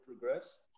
progress